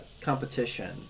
competition